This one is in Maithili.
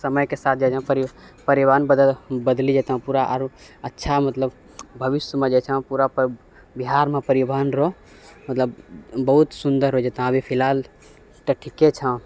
तऽ समयके साथ जे छै परिवहन बदलि जेतो पूरा आरो अच्छा मतलब भविष्यमे जे छै पूरा बिहारमे परिवहन रऽ मतलब बहुत सुन्दर हो जेतो अभी फिलहाल तऽ ठीके छै